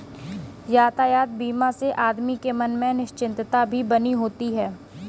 यातायात बीमा से आदमी के मन में निश्चिंतता भी बनी होती है